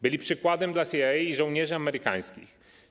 Byli przykładem dla CIA i żołnierzy amerykańskich.